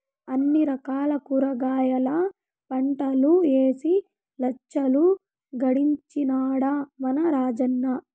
అన్ని రకాల కూరగాయల పంటలూ ఏసి లచ్చలు గడించినాడ మన రాజన్న